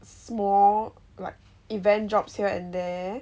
small like event jobs here and there